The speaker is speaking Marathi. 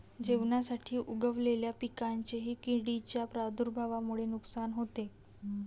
जेवणासाठी उगवलेल्या पिकांचेही किडींच्या प्रादुर्भावामुळे नुकसान होते